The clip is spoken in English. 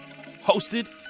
hosted